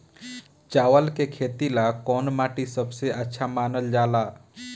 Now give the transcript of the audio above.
चावल के खेती ला कौन माटी सबसे अच्छा मानल जला?